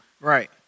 Right